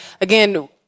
again